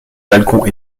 balkans